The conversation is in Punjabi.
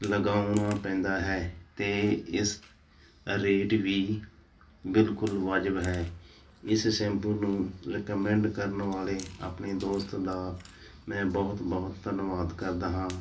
ਲਗਾਉਣਾ ਪੈਂਦਾ ਹੈ ਅਤੇ ਇਸ ਰੇਟ ਵੀ ਬਿਲਕੁਲ ਵਾਜਬ ਹੈ ਇਸ ਸੈਂਪੂ ਨੂੰ ਰਿਕਮੈਂਡ ਕਰਨ ਵਾਲੇ ਆਪਣੇ ਦੋਸਤ ਦਾ ਮੈਂ ਬਹੁਤ ਬਹੁਤ ਧੰਨਵਾਦ ਕਰਦਾ ਹਾਂ